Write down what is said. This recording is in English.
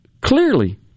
clearly